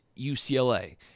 UCLA